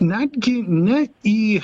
netgi ne į